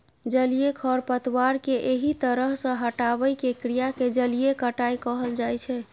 जलीय खरपतवार कें एहि तरह सं हटाबै के क्रिया कें जलीय कटाइ कहल जाइ छै